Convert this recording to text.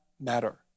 matter